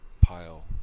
pile